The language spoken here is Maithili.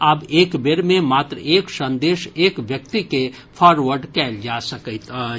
आब एक बेर मे मात्र एक संदेश एक व्यक्ति के फारवर्ड कयल जा सकैत अछि